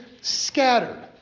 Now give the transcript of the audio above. scattered